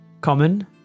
common